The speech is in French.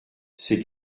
c’est